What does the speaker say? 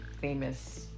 famous